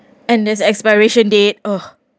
and there's expiration date ugh